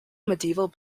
medieval